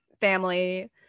family